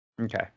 Okay